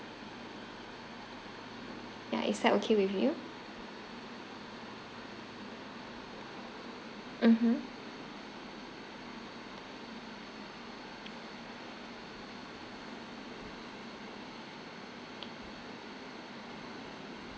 ya is that okay with you mmhmm